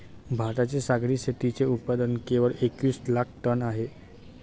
भारताचे सागरी शेतीचे उत्पादन केवळ एकवीस लाख टन आहे